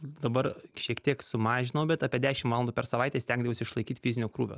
dabar šiek tiek sumažinau bet apie dešimt valandų per savaitę stengdavausi išlaikyt fizinio krūvio